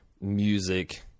music